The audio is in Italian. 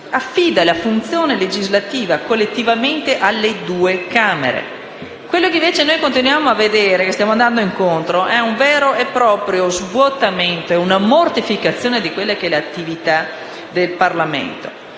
affida la funzione legislativa collettivamente alle due Camere. Ciò che invece continuiamo a vedere e a cui stiamo andando incontro è un vero e proprio svuotamento e una mortificazione delle attività del Parlamento,